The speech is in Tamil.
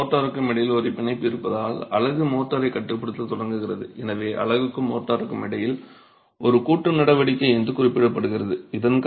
அலகுக்கும் மோட்டார்க்கும் இடையில் ஒரு பிணைப்பு இருப்பதால் அலகு மோர்டரைக் கட்டுப்படுத்தத் தொடங்குகிறது எனவே அலகுக்கும் மோர்டார்க்கும் இடையில் ஒரு கூட்டு நடவடிக்கை என்று குறிப்பிடப்படுகிறது